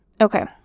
Okay